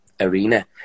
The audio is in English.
arena